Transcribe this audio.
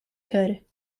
could